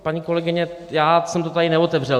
Paní kolegyně, já jsem to tady neotevřel.